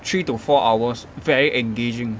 three to four hours very engaging